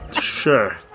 Sure